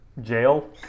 jail